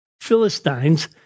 Philistines